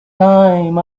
time